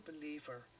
believer